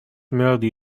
melody